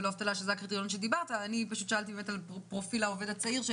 ואני שאלתי יותר על פרופיל העובד הצעיר,